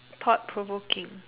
thought provoking